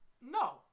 No